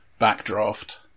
Backdraft